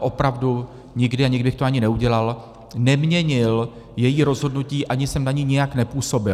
opravdu, a nikdy bych to ani neudělal, neměnil její rozhodnutí ani jsem na ni nijak nepůsobil.